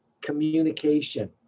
communication